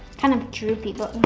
kind of droopy but